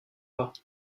pas